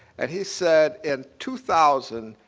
and he said, in two thousand,